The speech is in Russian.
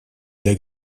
для